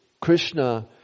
Krishna